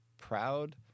proud